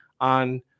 on